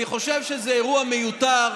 אני חושב שזה אירוע מיותר,